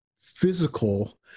physical